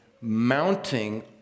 mounting